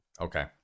Okay